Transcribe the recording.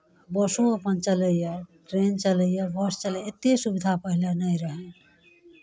बसो अपन चलैए ट्रेन चलैए बस चलैए एतेक सुविधा पहिने नहि रहै